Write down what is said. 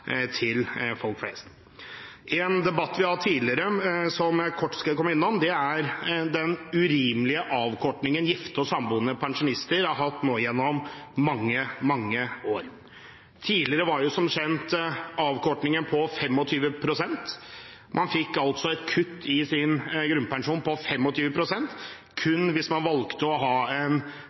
til folk flest. En debatt vi har hatt tidligere, som jeg kort skal komme innom, er den urimelige avkortingen gifte og samboende pensjonister har hatt nå gjennom mange, mange år. Tidligere var som kjent avkortingen på 25 pst. Man fikk altså et kutt i sin grunnpensjon på 25 pst. hvis man valgte å ha en